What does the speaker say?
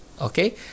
okay